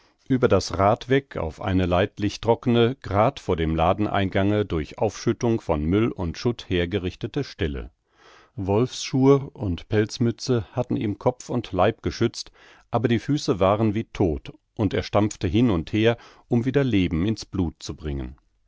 über das rad weg auf eine leidlich trockene grad vor dem laden eingange durch aufschüttung von müll und schutt hergerichtete stelle wolfsschur und pelzmütze hatten ihm kopf und leib geschützt aber die füße waren wie todt und er stampfte hin und her um wieder leben ins blut zu bringen